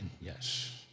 yes